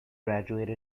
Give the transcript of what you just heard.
graduate